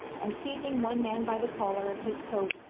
and seizing one man by the collar of his coat,